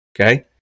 Okay